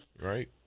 Right